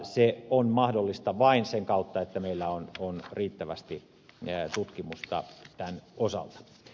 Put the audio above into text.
se on mahdollista vain sen kautta että meillä on riittävästi tutkimusta tämän osalta